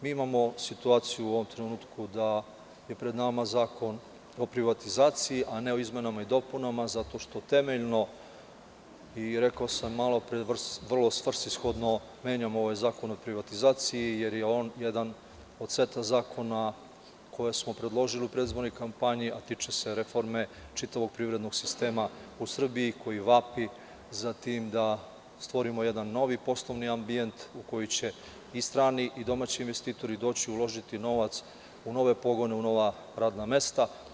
Mi imamo situaciju u ovom trenutku da je pred nama Zakon o privatizaciji, a ne o izmenama i dopunama, zato što temeljno i rekao sam malopre vrlo svrsishodno menjamo ovaj zakon o privatizaciji, jer je on jedan od seta zakona koje smo predložili u predizbornoj kampanji, a tiče se reforme čitavog privrednog sistema u Srbiji, koji vapi za tim da stvorimo jedan novi poslovni ambijent u koji će i strani i domaći investitori doći, uložiti novac u nove pogone, u nova radna mesta.